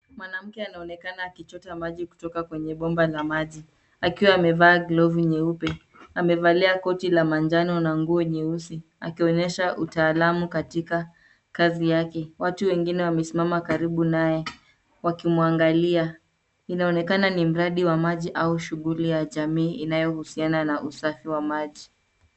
Mwanamke anaonekana akichota maji kutoka kwenye bomba la maji akiwa amevaa glovu nyeupe. Amevalia koti la manjano na nguo nyeusi akionyesha utaalamu katika kazi yake. Watu wengine wamesimama karibu naye wakimwangalia. Inaonekana ni mradi wa maji au shughuli ya jamii inayohusiana na usafi wa maji.